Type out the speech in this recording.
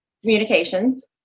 Communications